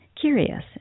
curious